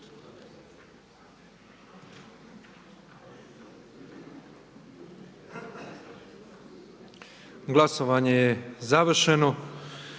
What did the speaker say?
Glasovanje je završeno.